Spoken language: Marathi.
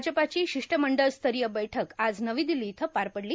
भाजपाची शिष्टमंडळस्तरीय बैठक आज नवी दिल्ली इथं पार पडली